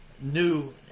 new